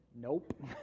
nope